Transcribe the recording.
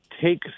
take